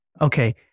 Okay